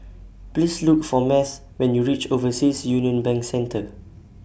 Please Look For Math when YOU REACH Overseas Union Bank Centre